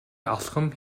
алхам